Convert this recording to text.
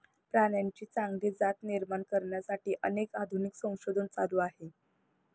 प्राण्यांची चांगली जात निर्माण करण्यासाठी अनेक आधुनिक संशोधन चालू आहे